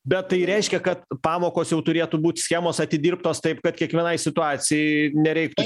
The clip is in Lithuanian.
bet tai reiškia kad pamokos jau turėtų būt schemos atidirbtos taip kad kiekvienai situacijai nereiktų